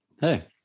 Hey